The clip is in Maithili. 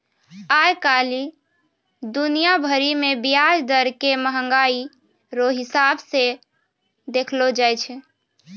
आइ काल्हि दुनिया भरि मे ब्याज दर के मंहगाइ रो हिसाब से देखलो जाय छै